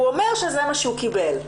הוא אומר שזה מה שהוא קיבל.